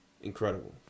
Incredible